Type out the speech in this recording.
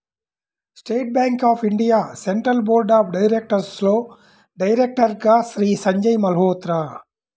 state Bank of India Central Board of డైరెక్టర్స్లో డైరెక్టర్గా శ్రీ సంజయ్ మల్హోత్రా